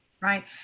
Right